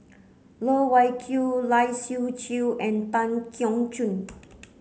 Loh Wai Kiew Lai Siu Chiu and Tan Keong Choon